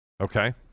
Okay